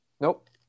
Nope